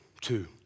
Two